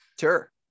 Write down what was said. sure